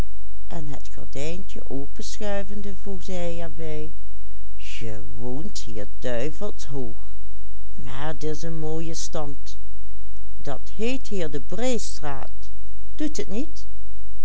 een mooie stand dat heet hier de breestraat doet het niet